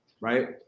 right